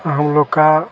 हम लोग को